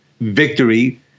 victory